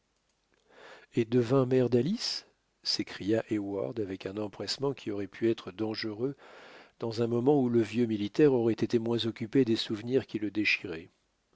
et devint mère d'alice s'écria heyward avec un empressement qui aurait pu être dangereux dans un moment où le vieux militaire aurait été moins occupé des souvenirs qui le déchiraient